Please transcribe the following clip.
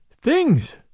Things